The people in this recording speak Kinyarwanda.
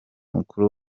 mukuru